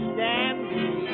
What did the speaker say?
dandy